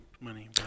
money